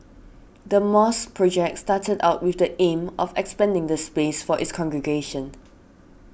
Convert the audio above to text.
the mosque project started out with the aim of expanding the space for its congregation